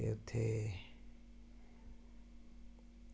एह् उत्थें